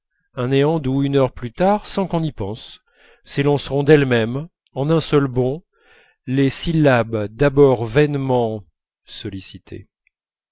un néant d'où une heure plus tard sans qu'on y pense s'élanceront d'elles-mêmes en un seul bond les syllabes d'abord vainement sollicitées